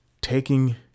taking